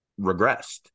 regressed